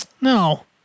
No